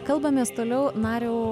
kalbamės toliau nariau